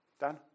Dan